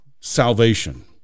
salvation